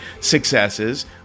successes